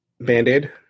Band-Aid